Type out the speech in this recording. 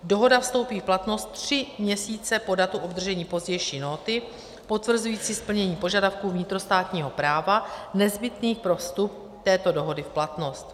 Dohoda vstoupí v platnost tři měsíce po datu obdržení pozdější nóty potvrzující splnění požadavků vnitrostátního práva nezbytných pro vstup této dohody v platnost.